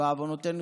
בעוונותינו,